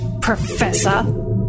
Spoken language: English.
Professor